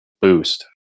boost